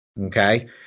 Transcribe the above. okay